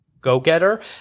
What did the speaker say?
go-getter